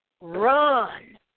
run